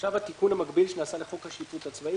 עכשיו התיקון המקביל שנעשה לחוק השיפוט הצבאי.